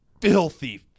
filthy